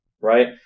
right